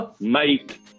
mate